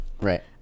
Right